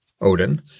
Odin